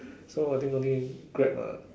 so I think only Grab ah